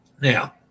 Now